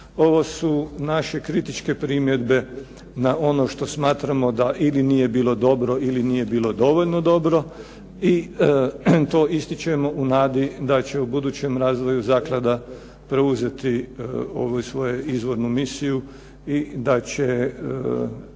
ovo su naše kritičke primjedbe na ono što smatramo da ili nije bilo dobro ili nije bilo dovoljno dobro i to ističemo u nadi da će u budućem razvoju zaklada preuzeti ovu svoju izvornu misiju i da će